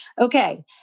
okay